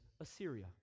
Assyria